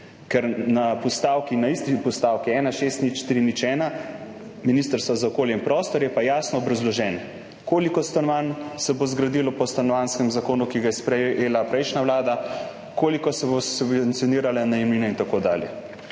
na isti postavki 160301 Ministrstva za okolje in prostor je pa jasno obrazloženo, koliko stanovanj se bo zgradilo po Stanovanjskem zakonu, ki ga je sprejela prejšnja vlada, koliko se bodo subvencionirale najemnine in tako dalje.